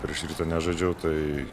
prieš rytą nežaidžiau tai